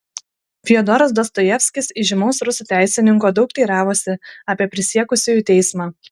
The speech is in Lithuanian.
fiodoras dostojevskis įžymaus rusų teisininko daug teiravosi apie prisiekusiųjų teismą